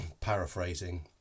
paraphrasing